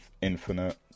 Infinite